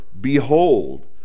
behold